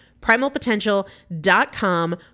Primalpotential.com